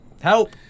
Help